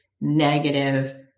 negative